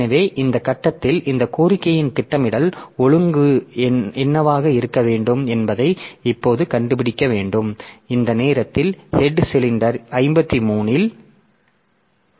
எனவே இந்த கட்டத்தில் இந்த கோரிக்கையின் திட்டமிடல் ஒழுங்கு என்னவாக இருக்க வேண்டும் என்பதை இப்போது கண்டுபிடிக்க வேண்டும் இந்த நேரத்தில் ஹெட் சிலிண்டர் எண் 53 இல்